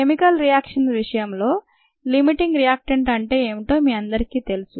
chemical reaction విషయంలో limiting reactant అంటే ఏమిటో మీఅందరికీ తెలుసు